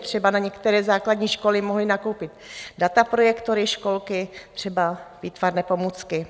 Třeba některé základní školy mohly nakoupit dataprojektory, školky třeba výtvarné pomůcky.